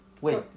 Wait